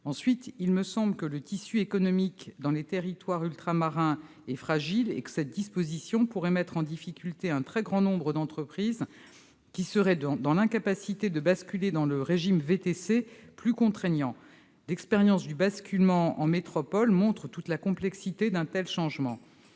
Ensuite, il me semble que le tissu économique des territoires ultramarins est fragile et que cette disposition pourrait mettre en difficulté un très grand nombre d'entreprises, qui seraient dans l'incapacité de basculer dans le régime VTC, plus contraignant. L'expérience du basculement en métropole montre toute la complexité d'un tel changement.